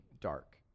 dark